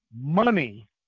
money